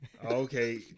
Okay